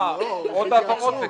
ומימון הפעילות השוטפת.